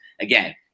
again